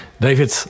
David